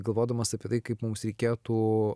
galvodamas apie tai kaip mums reikėtų